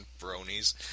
bronies